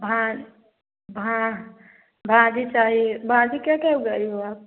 भा भा भाजी चाहिए भाजी क्या क्या उगाई हो आप